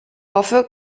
hoffe